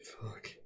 Fuck